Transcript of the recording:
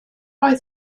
oedd